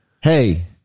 Hey